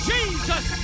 Jesus